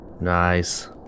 Nice